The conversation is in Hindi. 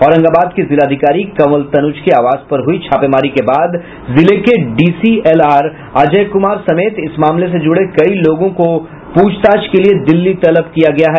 औरंगाबाद के जिलाधिकारी कंवल तनुज के आवास पर हुई छापेमारी के बाद जिले के डीसीएलआर अजय कुमार समेत इस मामले से जुड़े कई लोगों को पूछताछ के लिए दिल्ली तलब किया गया है